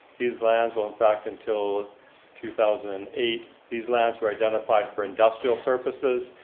these lands were intact until two thousand and eight, these lands were identified for industrial purposes.